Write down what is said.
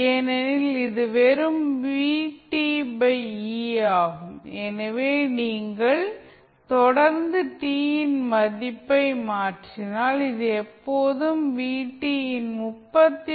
ஏனெனில் இது வெறும் Vt e ஆகும் எனவே நீங்கள் தொடர்ந்து t மதிப்பை மாற்றினால் இது எப்போதும் Vt இன் 36